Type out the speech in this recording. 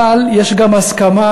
אבל יש גם הסכמה,